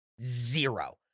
zero